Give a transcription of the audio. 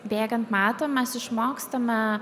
bėgant metam mes išmokstame